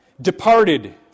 departed